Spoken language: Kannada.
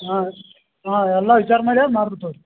ಹಾಂ ಹಾಂ ಎಲ್ಲ ವಿಚಾರ ಮಾಡೆ ಮಾಡ್ಬಿಟ್ಟು ಹೋದ